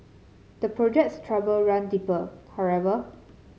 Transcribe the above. the project's trouble run deeper however